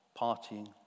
partying